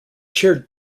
chaired